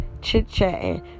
chit-chatting